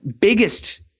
biggest